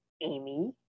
amy